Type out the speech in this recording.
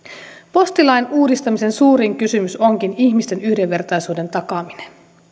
postilain uudistamisen suurin kysymys onkin ihmisten yhdenvertaisuuden takaaminen